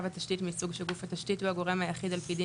התשתית מסוג שגוף התשתית הוא הגורם היחיד על פי דין